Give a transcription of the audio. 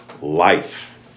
life